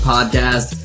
Podcast